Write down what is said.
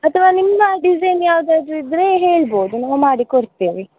ಅಥವಾ ನಿಮ್ಮ ಡಿಸೈನ್ ಯಾವುದಾದ್ರೂ ಇದ್ದರೆ ಹೇಳ್ಬೋದು ನಾವು ಮಾಡಿಕೊಡ್ತೇವೆ